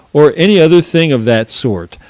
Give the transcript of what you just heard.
or any other thing of that sort,